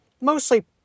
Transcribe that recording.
mostly